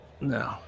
no